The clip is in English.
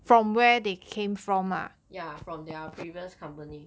yeah from their previous company